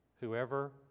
Whoever